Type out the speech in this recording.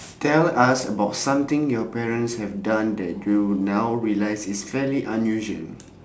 tell us about something your parents have done that you now realise is very unusual